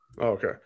Okay